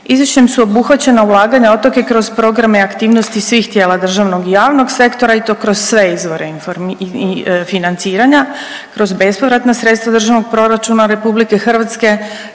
Izvješćem su obuhvaćena ulaganja u otoke kroz programe i aktivnosti svih tijela državnog i javnog sektora i to kroz sve izvore financiranja, kroz bespovratna sredstva Državnog proračuna RH, sredstva